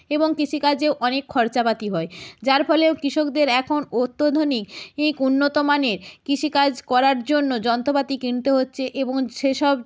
এবং কৃষিকাজেও অনেক খরচাপাতি হয় যার ফলেও কৃষকদের এখন অত্যধুনিক ইক উন্নত মানের কৃষিকাজ করার জন্য যন্ত্রপাতি কিনতে হচ্ছে এবং সেসব